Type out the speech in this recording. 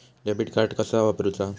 Debit card कसा वापरुचा?